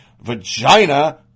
vagina